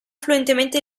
fluentemente